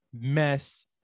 mess